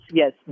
yes